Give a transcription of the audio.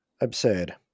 Absurd